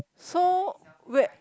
so where